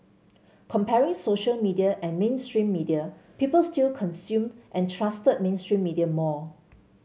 comparing social media and mainstream media people still consumed and trusted mainstream media more